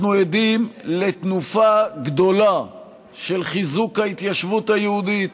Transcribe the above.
אנחנו עדים לתנופה גדולה של חיזוק ההתיישבות היהודית,